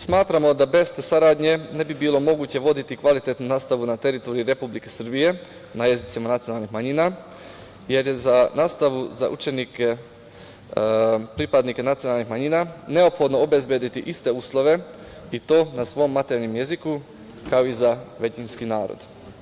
Smatramo da bez te saradnje ne bi bilo moguće voditi kvalitetnu nastavu na teritoriji Republike Srbije na jezicima nacionalnih manjina, jer je za učenike pripadnike nacionalnih manjina neophodno obezbediti iste uslove i to na svom maternjem jeziku, kao i za većinski narod.